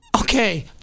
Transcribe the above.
Okay